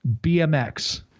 BMX